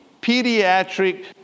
pediatric